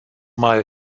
mal